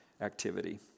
activity